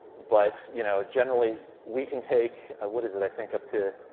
but you know generally, we can take, what is it, i think up to